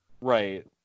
Right